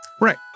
Right